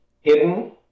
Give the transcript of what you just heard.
hidden